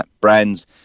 brands